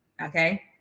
Okay